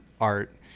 art